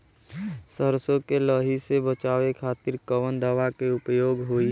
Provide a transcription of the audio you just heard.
सरसो के लही से बचावे के खातिर कवन दवा के प्रयोग होई?